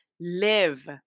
live